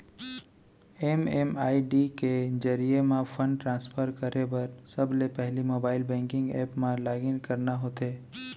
MMID के जरिये म फंड ट्रांसफर करे बर सबले पहिली मोबाइल बेंकिंग ऐप म लॉगिन करना होथे